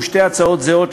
ושתי הצעות זהות,